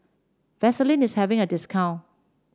Vaselin is having a discount